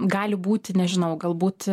gali būti nežinau galbūt